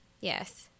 Yes